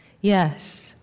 Yes